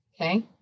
okay